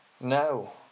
No